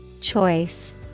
Choice